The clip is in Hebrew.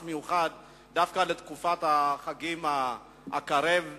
מיוחד דווקא לקראת תקופת החגים הקרבים,